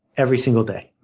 every single day.